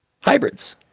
hybrids